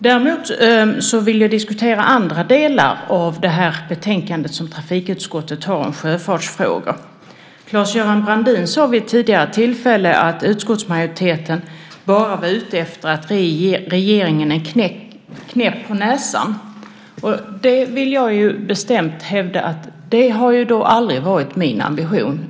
Däremot vill jag diskutera andra delar av trafikutskottets betänkande om sjöfartsfrågor. Claes-Göran Brandin sade vid ett tidigare tillfälle att utskottsmajoriteten bara var ute efter att ge regeringen en knäpp på näsan. Jag vill bestämt hävda att det aldrig har varit min ambition.